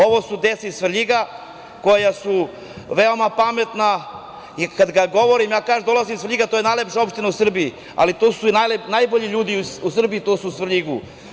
Ovo su deca iz Svrljiga koja su veoma pametna i kada govorim da dolazim iz Svrljiga, to je najlepša opština u Srbiji, ali tu su i najbolji ljudi u Srbiji, to su u Svrljigu.